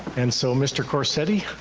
and so mr. corisetti,